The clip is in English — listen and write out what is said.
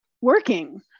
working